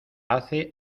hace